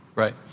Right